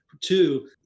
Two